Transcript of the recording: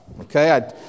Okay